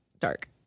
dark